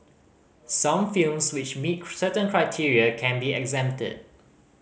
some films which meet certain criteria can be exempted